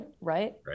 right